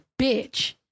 bitch